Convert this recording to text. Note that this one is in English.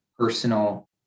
personal